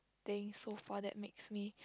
things so far that makes me